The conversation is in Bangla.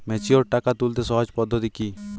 ম্যাচিওর টাকা তুলতে সহজ পদ্ধতি কি?